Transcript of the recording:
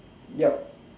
yup